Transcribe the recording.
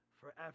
forever